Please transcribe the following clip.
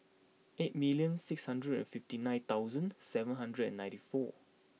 eight million six hundred and fifty nine thousand seven hundred and ninety four